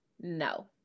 No